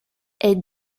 est